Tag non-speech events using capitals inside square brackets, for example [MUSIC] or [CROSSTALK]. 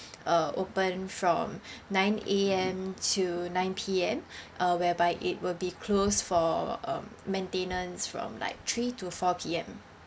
uh open from nine A_M to nine P_M [BREATH] uh whereby it would be closed for um maintenance from like three to four P_M